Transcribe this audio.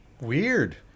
Weird